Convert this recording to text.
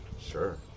Sure